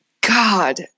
God